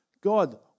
God